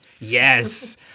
Yes